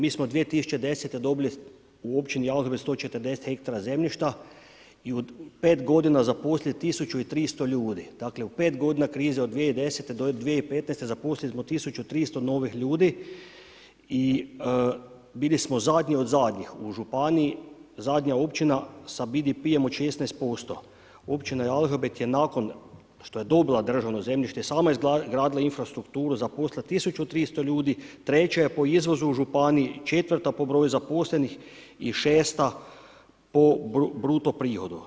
Mi smo 2010. godine u Općini Jalžabet 140 hektara zemljišta i u pet godina zaposliti 1300 ljudi, dakle u pet godina krize od 2010. do 2015. zaposlili smo 1300 novih ljudi i bili smo zadnji od zadnjih u županiji, zadnja općina sa BDP-om od 16%. općina Jalžabet je nakon što je dobila državno zemljište sama izgradila infrastrukturu, zaposlila 1300 ljudi, treća je po izvozu u županiji, četvrta po broju zaposlenih i šesta po bruto prihodu.